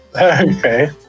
Okay